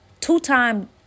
two-time